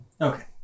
Okay